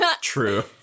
True